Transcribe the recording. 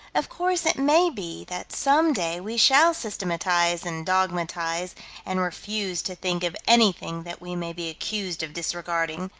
of course it may be that some day we shall systematize and dogmatize and refuse to think of anything that we may be accused of disregarding,